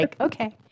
okay